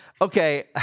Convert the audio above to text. Okay